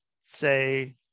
say